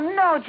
no